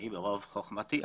הוא שולח לי שליח עם הכסף.